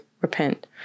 repent